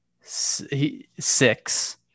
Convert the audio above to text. six